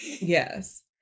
yes